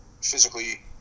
physically